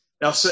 Now